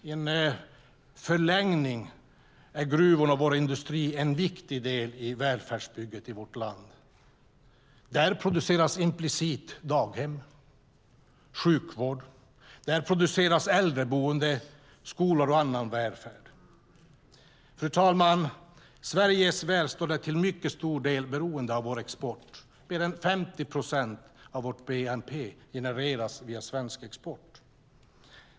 I en förlängning är gruvorna och vår industri en viktig del i välfärdsbygget i vårt land. Där produceras implicit daghem och sjukvård. Där produceras äldreboende, skolor och annan välfärd. Fru talman! Sveriges välstånd är till mycket stor del beroende av vår export. Mer än 50 procent av vår bnp genereras genom svensk export.